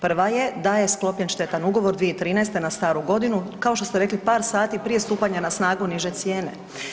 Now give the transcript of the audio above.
Prva je da je sklopljen štetan ugovor 2013. na Staru godinu, kao što ste rekli par sati prije stupanja na snagu niže cijene.